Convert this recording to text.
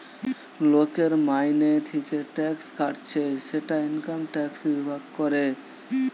লোকের মাইনে থিকে ট্যাক্স কাটছে সেটা ইনকাম ট্যাক্স বিভাগ করে